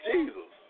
Jesus